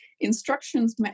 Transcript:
Instructions